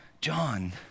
John